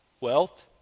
Wealth